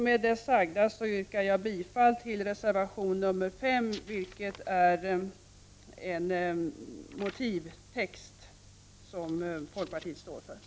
Med det sagda yrkar jag bifall till reservation nr 5, som är en motivtext som folkpartiet står för.